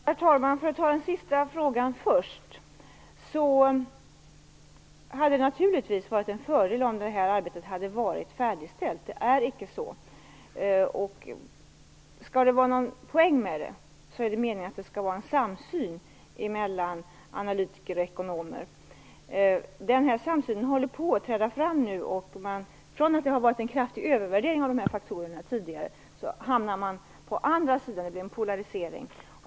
Herr talman! För att ta den sista frågan först, kan jag säga att det naturligtvis hade varit en fördel om detta arbete varit färdigställt. Men det är icke så. Om det skall vara någon poäng med det måste det vara en samsyn mellan analytiker och ekonomer. Denna samsyn börjar nu träda fram, och från att det tidigare har varit en kraftig övervältring av de här faktorerna hamnar man nu på den andra sidan och det blir en polarisering.